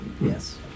Yes